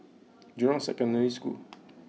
Jurong Secondary School